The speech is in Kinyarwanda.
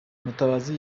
mutabazi